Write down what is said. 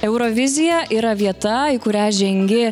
eurovizija yra vieta į kurią žengi